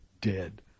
dead